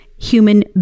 Human